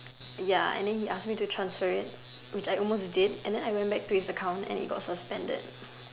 ya and then he ask me to transfer it which I almost did and then I went back to his account and he got suspended